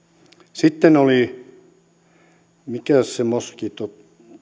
sitten oli mikäs se moskiitto